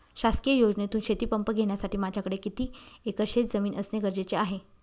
शासकीय योजनेतून शेतीपंप घेण्यासाठी माझ्याकडे किती एकर शेतजमीन असणे गरजेचे आहे?